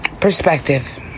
perspective